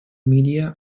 media